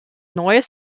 neues